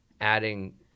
adding